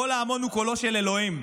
קול ההמון הוא קולו של אלוהים.